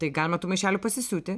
tai galima tų maišelių pasisiūti